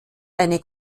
eine